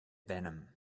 venom